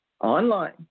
online